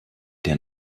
der